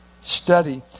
study